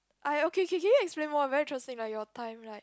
I okay okay okay can you explain more very interesting like your time like